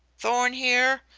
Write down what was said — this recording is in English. thorn here?